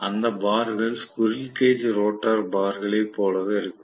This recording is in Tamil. அந்த பார்கள் ஸ்குரில் கேஜ் ரோட்டார் பார்களை போலவே இருக்கும்